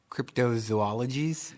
Cryptozoologies